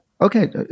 Okay